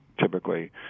typically